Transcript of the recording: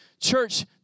Church